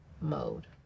mode